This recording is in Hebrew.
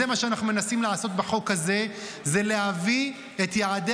זה מה שאנחנו מנסים לעשות בחוק הזה: להביא את יעדי